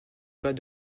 pas